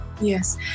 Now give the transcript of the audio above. yes